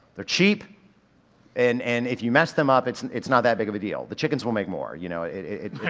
they're cheap and, and if you mess them up it's and it's not that big of a deal. the chickens will make more, you know, it, it,